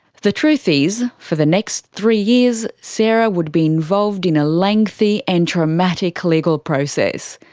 the truth is, for the next three years, sarah would be involved in a lengthy and traumatic legal process.